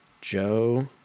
Joe